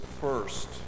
first